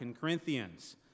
Corinthians